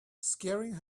scaring